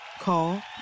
Call